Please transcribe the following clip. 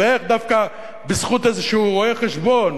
ואיך דווקא בזכות איזשהו רואה-חשבון,